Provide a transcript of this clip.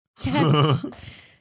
Yes